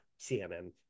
CNN